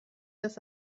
das